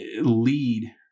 lead